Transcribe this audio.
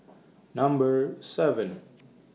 Number seven